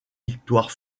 victoire